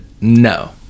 No